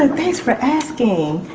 and thanks for asking.